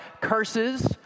curses